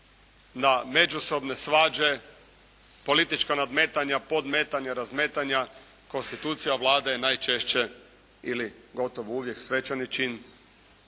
na međusobne svađe, politička nadmetanja, podmetanja, razmetanja, konstitucija Vlade je najčešće ili gotovo uvijek svečani čin